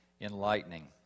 enlightening